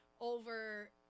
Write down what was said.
Over